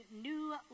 new